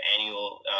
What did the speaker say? annual